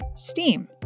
Steam